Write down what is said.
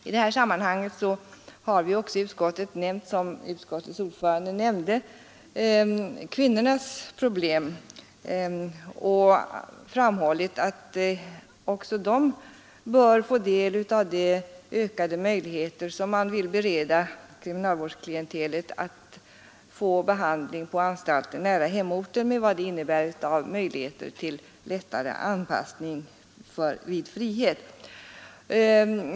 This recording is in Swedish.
I detta sammanhang har vi också i utskottet, som utskottets ordförande nämnde, tagit upp kvinnornas problem och framhållit att de i likhet med det övriga kriminalvårdsklientelet bör kunna få behandling på anstalt nära hemorten med allt vad det innebär i fråga om möjligheter till lättare anpassning vid frihet.